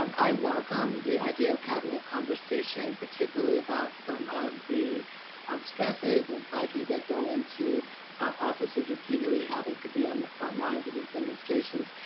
um i welcome the idea of having a conversation, particularly about some of the um stresses and psyche that go into officers repeatedly having to be on the frontlines of these demonstrations,